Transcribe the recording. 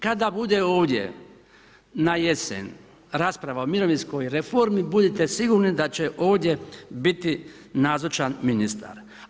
Kada bude ovdje, na jesen, rasprava o mirovinskoj reformi, budite sigurni, da će ovdje biti nazočan ministar.